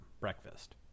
breakfast